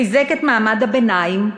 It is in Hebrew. חיזק את מעמד הביניים,